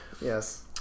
yes